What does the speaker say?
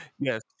yes